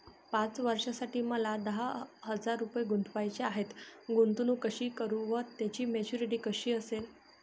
पाच वर्षांसाठी मला दहा हजार रुपये गुंतवायचे आहेत, गुंतवणूक कशी करु व त्याची मॅच्युरिटी कशी असेल?